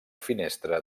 finestra